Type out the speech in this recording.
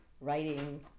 writing